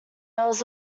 was